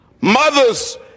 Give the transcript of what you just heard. mothers